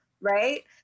right